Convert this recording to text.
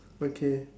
okay